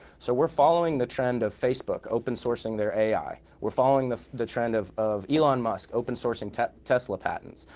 so we're following the trend of facebook open sourcing their ai, we're following the the trend of of elon musk open sourcing tesla tesla patents,